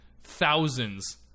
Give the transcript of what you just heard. thousands